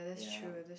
ya